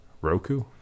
Roku